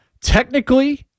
Technically